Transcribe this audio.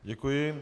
Děkuji.